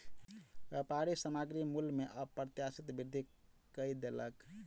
व्यापारी सामग्री मूल्य में अप्रत्याशित वृद्धि कय देलक